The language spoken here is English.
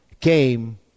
came